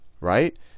right